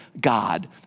God